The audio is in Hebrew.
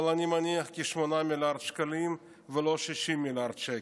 אבל אני מניח שמדובר בכ-8 מיליארד שקלים ולא ב-60 מיליארד שקלים.